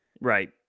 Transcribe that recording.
Right